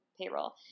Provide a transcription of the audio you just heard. Payroll